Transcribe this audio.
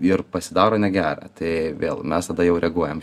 ir pasidaro negera tai vėl mes tada jau reaguojam